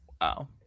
Wow